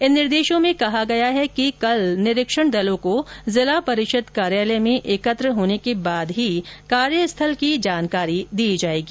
इन निर्देशों में कहा गया है कि कल निरीक्षण दलों को जिला परिषद कार्यालय में एकत्र होने के बाद ही कार्यस्थल की जानकारी दी जाएगी